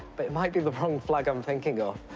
but it might be the wrong flag i'm thinking of,